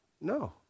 No